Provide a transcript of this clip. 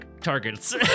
targets